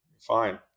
fine